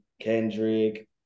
Kendrick